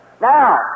Now